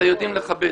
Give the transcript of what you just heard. אלא יודעים לכבד.